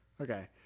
Okay